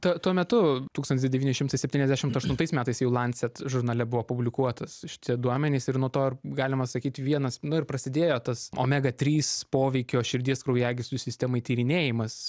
ta tuo metu tūkstantis devyni šimtai septyniasdešimt aštuntais metais jau lancet žurnale buvo publikuotas šitie duomenys ir nuo to ir galima sakyt vienas nu ir prasidėjo tas omega trys poveikio širdies kraujagyslių sistemai tyrinėjimas